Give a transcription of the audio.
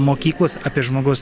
mokyklos apie žmogaus